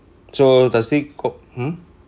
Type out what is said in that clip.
so does it co~ hmm